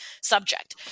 subject